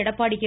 Edappadi K